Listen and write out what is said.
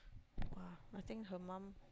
!wah! I think her mum